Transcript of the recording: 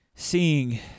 Seeing